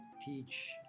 teach